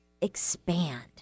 expand